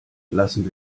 lassen